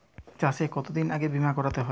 চাষে কতদিন আগে বিমা করাতে হয়?